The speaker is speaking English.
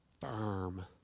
firm